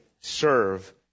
serve